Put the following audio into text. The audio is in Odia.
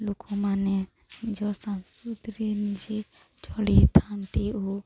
ଲୋକମାନେ ନିଜ ସଂସ୍କୃତିରେ ନିଜେ ଚଢ଼ଥାନ୍ତି ଓ